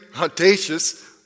audacious